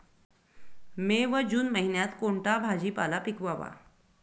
मे व जून महिन्यात कोणता भाजीपाला पिकवावा?